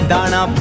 Dana